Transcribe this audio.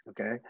okay